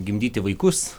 gimdyti vaikus